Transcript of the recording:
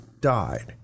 died